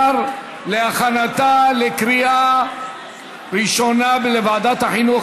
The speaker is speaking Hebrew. להכנתה לקריאה ראשונה לוועדת החינוך,